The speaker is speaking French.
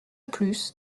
plus